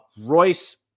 Royce